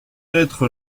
être